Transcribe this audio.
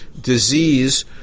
disease